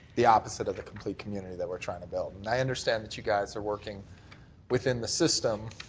the opposite of the complete community that we're trying to build. i understand that you guys are working within the system